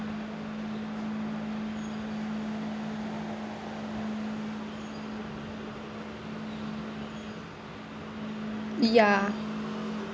ya